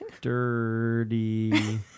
Dirty